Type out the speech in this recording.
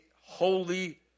holy